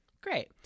Great